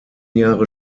jahre